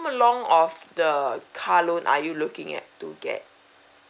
long of the car loan are you looking at to get